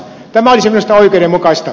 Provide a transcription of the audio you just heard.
tämä olisi minusta oikeudenmukaista